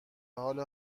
حال